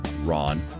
Ron